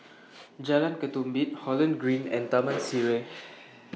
Jalan Ketumbit Holland Green and Taman Sireh